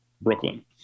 Brooklyn